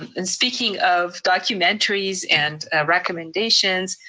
and speaking of documentaries and recommendations,